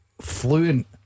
fluent